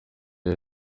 iki